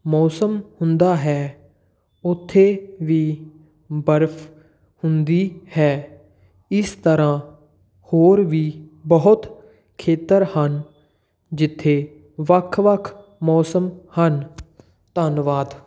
ਮੌਸਮ ਹੁੰਦਾ ਹੈ ਉੱਥੇ ਵੀ ਬਰਫ਼ ਹੁੰਦੀ ਹੈ ਇਸ ਤਰ੍ਹਾਂ ਹੋਰ ਵੀ ਬਹੁਤ ਖੇਤਰ ਹਨ ਜਿੱਥੇ ਵੱਖ ਵੱਖ ਮੌਸਮ ਹਨ ਧੰਨਵਾਦ